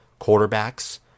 quarterbacks